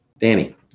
Danny